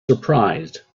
surprised